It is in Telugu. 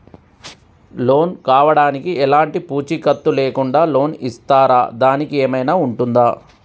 లోన్ కావడానికి ఎలాంటి పూచీకత్తు లేకుండా లోన్ ఇస్తారా దానికి ఏమైనా ఉంటుందా?